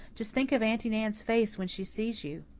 just think of aunty nan's face when she sees you!